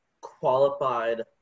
qualified